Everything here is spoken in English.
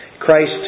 Christ